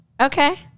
Okay